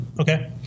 Okay